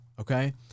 okay